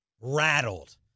rattled